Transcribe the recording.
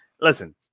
listen